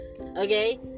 Okay